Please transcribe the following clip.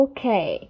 Okay